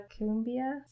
cumbia